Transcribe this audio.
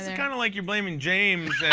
ah kind of like you're blaming james and